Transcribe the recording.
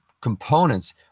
components